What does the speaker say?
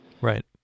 right